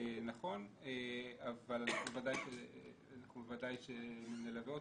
נכון ובוודאי שנלווה אותם.